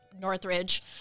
Northridge